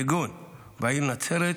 כגון בעיר נצרת,